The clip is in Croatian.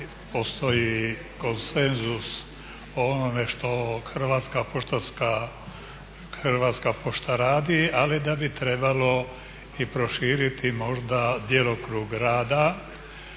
postoji konsenzus o onome što Hrvatska poštanska, Hrvatska pošta radi ali da bi trebalo i proširiti možda djelokrug rada.